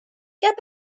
get